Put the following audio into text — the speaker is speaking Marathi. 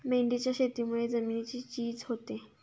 मेंढीच्या शेतीमुळे जमिनीची झीज होते